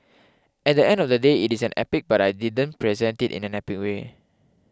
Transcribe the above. at the end of the day it is an epic but I didn't present it in an epic way